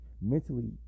mentally